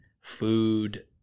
food